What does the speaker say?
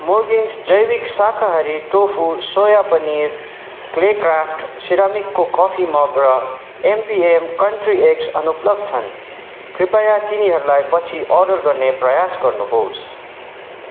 Murginns जैविक शाकाहारी tofu soya paneer Claycraft सिरामिकको कफी मग र एमपिएम कन्ट्री एग्स अनुपलब्ध छन् कृपया तिनीहरूलाई पछि अर्डर गर्ने प्रयास गर्नुहोस्